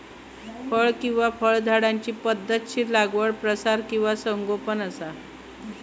फळ किंवा फळझाडांची पध्दतशीर लागवड प्रसार किंवा संगोपन असा